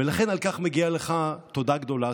ולכן, על כך מגיעה לך תודה גדולה.